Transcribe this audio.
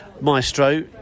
Maestro